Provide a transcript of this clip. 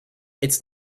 its